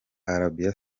arabia